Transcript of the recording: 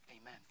Amen